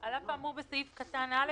"על אף האמור בסעיף קטן (א),